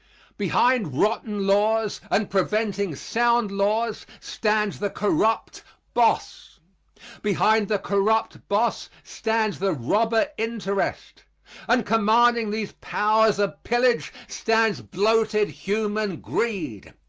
behind rotten laws and preventing sound laws, stands the corrupt boss behind the corrupt boss stands the robber interest and commanding these powers of pillage stands bloated human greed.